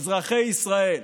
אזרחי ישראל,